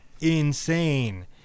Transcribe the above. insane